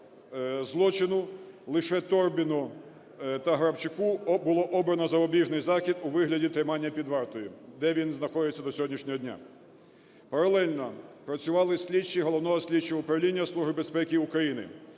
злочину, лишеТорбіну та Грабчуку було обрано запобіжний захід у вигляді тримання під вартою, де він знаходиться до сьогоднішнього дня. Паралельно працювали слідчі Головного слідчого управління Служби безпеки України,